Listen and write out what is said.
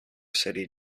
city